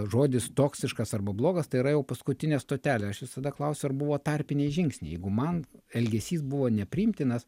žodis toksiškas arba blogas yra jau paskutinė stotelė aš visada klausiu ar buvo tarpiniai žingsniai jeigu man elgesys buvo nepriimtinas